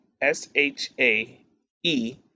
S-H-A-E